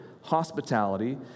Hospitality